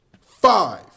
Five